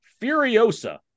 *Furiosa